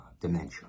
dementia